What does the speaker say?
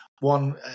one